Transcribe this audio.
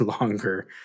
longer